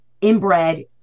inbred